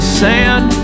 sand